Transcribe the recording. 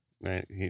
right